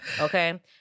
okay